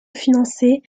financée